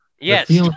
Yes